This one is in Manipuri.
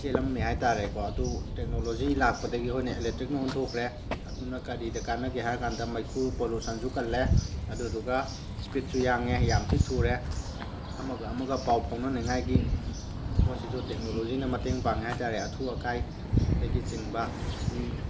ꯆꯦꯜꯂꯝꯃꯦ ꯍꯥꯏꯇꯥꯔꯦꯀꯣ ꯑꯗꯨ ꯇꯦꯛꯅꯣꯂꯣꯖꯤ ꯂꯥꯛꯄꯗꯒꯤ ꯑꯩꯈꯣꯏꯅ ꯑꯦꯂꯦꯛꯇ꯭ꯔꯤꯛꯅ ꯑꯣꯟꯊꯣꯛꯈ꯭ꯔꯦ ꯑꯗꯨꯅ ꯀꯔꯤꯗ ꯀꯥꯟꯅꯒꯦ ꯍꯥꯏꯔꯀꯥꯟꯗ ꯃꯩꯈꯨ ꯄꯣꯜꯂꯨꯁꯟꯁꯨ ꯀꯜꯂꯦ ꯑꯗꯨꯗꯨꯒ ꯁ꯭ꯄꯤꯠꯁꯨ ꯌꯥꯡꯉꯦ ꯌꯥꯝꯊꯤ ꯊꯨꯔꯦ ꯑꯃꯒ ꯑꯃꯒ ꯄꯥꯎ ꯐꯥꯎꯅꯅꯤꯡꯉꯥꯏꯒꯤ ꯄꯣꯠꯁꯤꯁꯨ ꯇꯦꯛꯅꯣꯂꯣꯖꯤꯅ ꯃꯇꯦꯡ ꯄꯥꯡꯉꯦ ꯍꯥꯏꯇꯥꯔꯦ ꯑꯊꯨ ꯑꯀꯥꯏꯗꯒꯤꯆꯤꯡꯕ ꯃꯤ